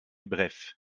bref